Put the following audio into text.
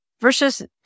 versus